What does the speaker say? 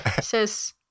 says